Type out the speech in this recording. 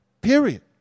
Period